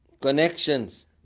connections